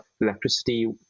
electricity